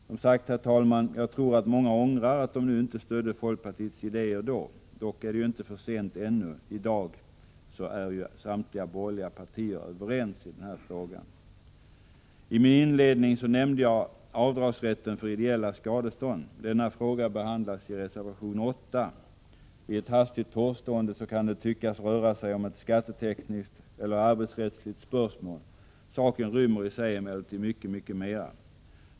Som sagt, herr talman, jag tror att många ångrar att de inte stödde folkpartiets idéer då. Dock är det inte för sent ännu. I dag är samtliga borgerliga partier överens i denna fråga. I min inledning nämnde jag avdragsrätten för ideella skadestånd. Denna fråga behandlas i reservation 8. Vid ett hastigt påseende kan det tyckas röra sig om ett skattetekniskt eller arbetsrättsligt spörsmål. Saken rymmer i sig emellertid mycket mera.